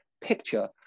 picture